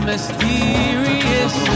Mysterious